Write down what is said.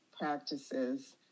practices